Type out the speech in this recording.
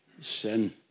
sin